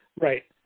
Right